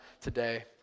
today